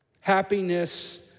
happiness